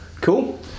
Cool